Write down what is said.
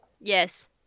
Yes